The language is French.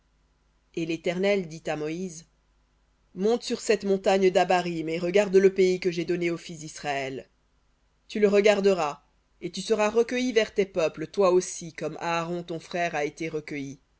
et l'éternel dit à moïse monte sur cette montagne d'abarim et regarde le pays que j'ai donné aux fils disraël tu le regarderas et tu seras recueilli vers tes peuples toi aussi comme aaron ton frère a été recueilli